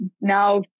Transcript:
now